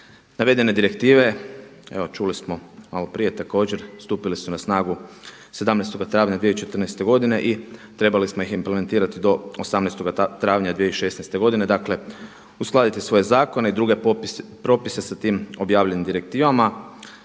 Navedene direktive evo čuli smo malo prije također stupile su na snagu 17. travnja 2014. godine i trebali smo ih implementirati do 18. travnja 2016. godine, dakle uskladiti svoje zakone i druge propise sa tim objavljenim direktivama.